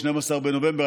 12 בנובמבר,